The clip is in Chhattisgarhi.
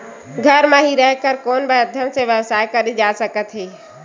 घर म हि रह कर कोन माध्यम से व्यवसाय करे जा सकत हे?